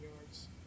yards